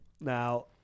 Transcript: Now